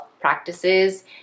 practices